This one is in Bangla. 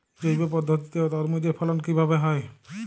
জৈব পদ্ধতিতে তরমুজের ফলন কিভাবে হয়?